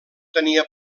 tenia